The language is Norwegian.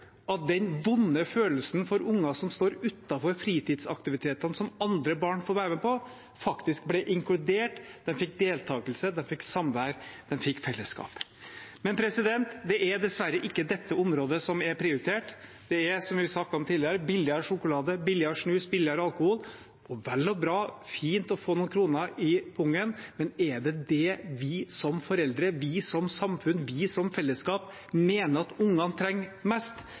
at unger som står utenfor fritidsaktivitetene som andre barn får være med på, faktisk ble inkludert. De fikk deltakelse, de fikk samvær, de fikk fellesskap. Men det er dessverre ikke dette området som er prioritert. Det er, som vi har snakket om tidligere, billigere sjokolade, billigere snus, billigere alkohol. Vel og bra, fint å få noen kroner i pungen, men er det det vi som foreldre, vi som samfunn, vi som fellesskap mener at ungene trenger mest?